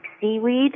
seaweed